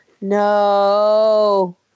No